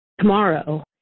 tomorrow